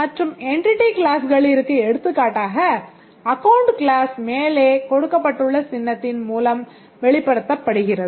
மற்றும் entity classகளிற்கு எடுத்துக்காட்டாக account class மேலே கொடுக்கப்பட்டுள்ள சின்னத்தின் மூலம் வெளிப்படுத்தப்படுகிறது